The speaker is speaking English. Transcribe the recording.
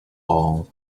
all